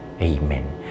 Amen